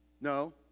No